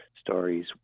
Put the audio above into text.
stories